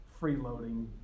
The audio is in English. freeloading